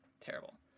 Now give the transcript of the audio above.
terrible